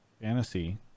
fantasy